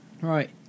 Right